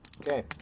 Okay